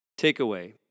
Takeaway